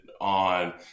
on –